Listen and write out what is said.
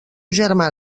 germà